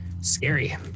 Scary